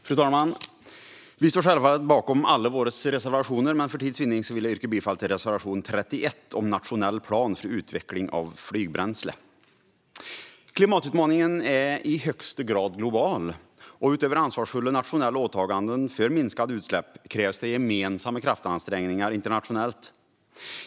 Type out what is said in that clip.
Fru talman! Vi står självfallet bakom alla våra reservationer, men för tids vinnande vill jag yrka bifall till reservation nr 31 om en nationell plan för utveckling av flygbränslen. Klimatutmaningen är i högsta grad global, och utöver ansvarsfulla nationella åtaganden för minskade utsläpp krävs gemensamma kraftansträngningar internationellt.